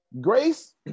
Grace